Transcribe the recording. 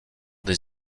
des